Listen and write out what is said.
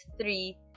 three